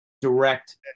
direct